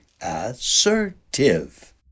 assertive